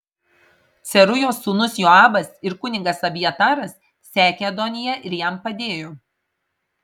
cerujos sūnus joabas ir kunigas abjataras sekė adoniją ir jam padėjo